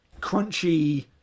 crunchy